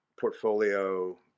portfolio